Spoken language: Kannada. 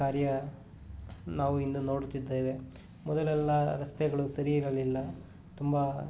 ಕಾರ್ಯ ನಾವಿಂದು ನೋಡುತ್ತಿದ್ದೇವೆ ಮೊದಲೆಲ್ಲ ರಸ್ತೆಗಳು ಸರಿ ಇರಲಿಲ್ಲ ತುಂಬ